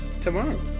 tomorrow